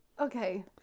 Okay